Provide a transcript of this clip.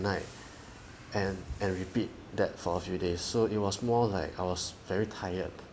night and and repeat that for a few days so it was more like I was very tired